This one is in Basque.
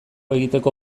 egiteko